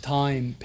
time